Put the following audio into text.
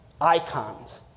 Icons